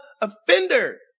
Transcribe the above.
offender